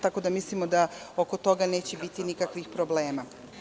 Tako da mislimo da oko toga neće biti nikakvih problema.